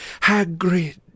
Hagrid